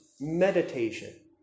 meditation